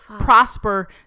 prosper